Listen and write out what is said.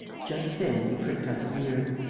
just then he pricked up his ears.